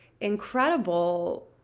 incredible